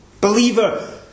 believer